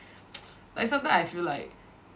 like sometime I feel like